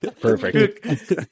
Perfect